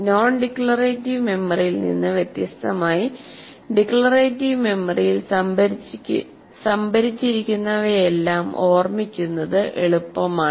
non declarative മെമ്മറിയിൽ നിന്ന് വ്യത്യസ്തമായി ഡിക്ലറേറ്റീവ് മെമ്മറിയിൽ സംഭരിച്ചിരിക്കുന്നവയെല്ലാം ഓർമിക്കുന്നത് എളുപ്പമാണ്